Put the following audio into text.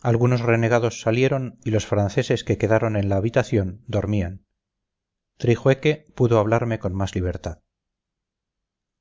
algunos renegados salieron y los franceses que quedaron en la habitación dormían trijueque pudo hablarme con más libertad